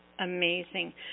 Amazing